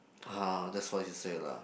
ah that's what you say lah